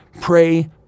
pray